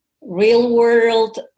real-world